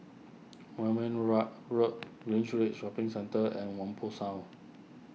Moulmein Rough Road Greenridge Shopping Centre and Whampoa South